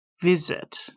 visit